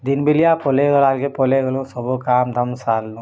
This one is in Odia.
ଦିନ୍ ବେଲିଆ ପଲେଇ ଗଲାକେ ପଲେଇ ଗଲୁ ସବୁ କାମ ଧାମ୍ ସାରିଲୁ